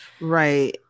right